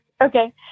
Okay